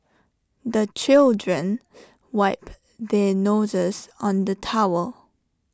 the children wipe their noses on the towel